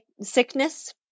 sickness